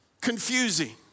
confusing